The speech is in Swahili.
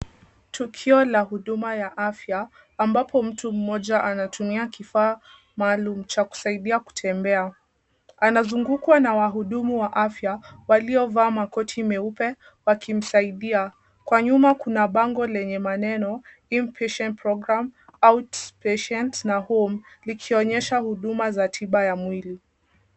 Tukio la huduma ya afya ambapo mtu mmoja anatumia kifaa maalum cha kusaidia kutembea. Anazungukwa na wahudumu wa afya waliovaa makoti meupe wakimsaidia. Kwa nyuma kuna bango lenye maneno. In Patient program out-patient na home likionyesha huduma za tiba ya mwili.